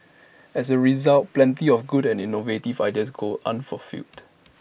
as A result plenty of good and innovative ideas go unfulfilled